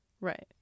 Right